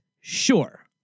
Sure